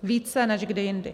Více než kdy jindy.